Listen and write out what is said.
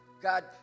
God